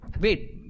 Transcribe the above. wait